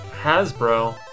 Hasbro